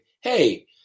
Hey